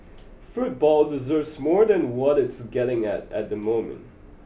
football deserves more than what it's getting at at the moment